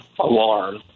alarm